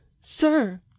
sir